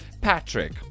Patrick